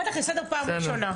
אני קוראת לך לסדר פעם ראשונה.